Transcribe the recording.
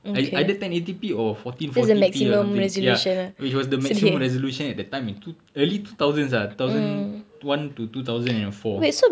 ei~ either ten eighty P or fourteen forty P or something ya which was the maximum resolution at that time in two early two thousands uh two thousand one to two thousand and four